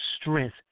strength